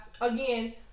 again